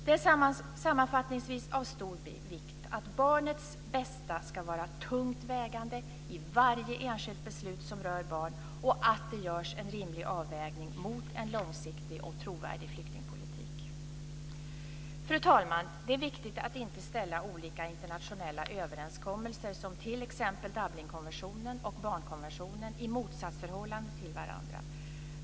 Det är sammanfattningsvis av stor vikt att barnets bästa ska vara tungt vägande i varje enskilt beslut som rör barn och att det görs en rimlig avvägning mot en långsiktig och trovärdig flyktingpolitik. Fru talman! Det är viktigt att inte ställa olika internationella överenskommelser, som t.ex. Dublinkonventionen och barnkonventionen, i motsatsförhållande till varandra.